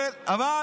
כן, אבל